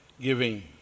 giving